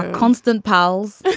constant powles,